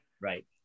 Right